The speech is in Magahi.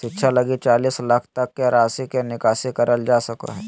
शिक्षा लगी चालीस लाख तक के राशि के निकासी करल जा सको हइ